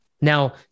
now